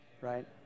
Right